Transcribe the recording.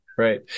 Right